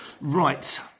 Right